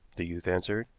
the youth answered.